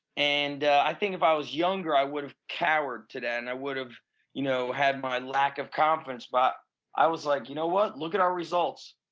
and i think if i was younger, i would have cowered to that and i would have you know had my lack of confidence, but i was like you know what, look at our results,